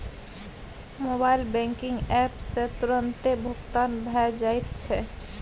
mobile banking app सँ तुरतें भुगतान भए जाइत छै